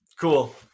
Cool